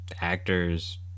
actors